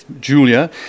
Julia